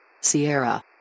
Sierra